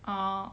orh